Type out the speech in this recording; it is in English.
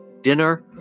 dinner